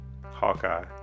Hawkeye